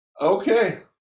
Okay